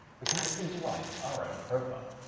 we can actually derive our own profile.